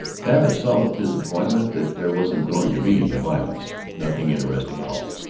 babbitt saw with disappointment that there wasn't going to be any violence, nothing interesting at all.